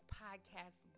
podcast